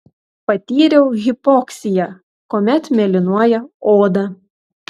patyriau hipoksiją kuomet mėlynuoja oda